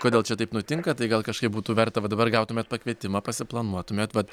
kodėl čia taip nutinka tai gal kažkaip būtų verta va dabar gautumėt pakvietimą suplanuotumėt vat